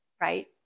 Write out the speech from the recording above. right